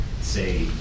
say